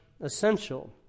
essential